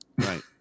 right